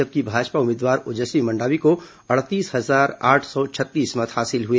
जबकि भाजपा उम्मीदवार ओजस्वी मंडावी को अड़तीस हजार आठ सौ छत्तीस मत हासिल हुए